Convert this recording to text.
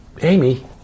Amy